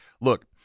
look